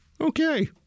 Okay